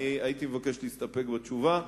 הייתי מבקש להסתפק בתשובה.